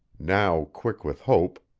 now quick with hope,